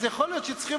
יכול להיות שצריך,